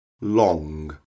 long